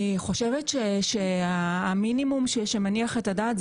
אני חושבת שהמינימום שמניח את הדעת,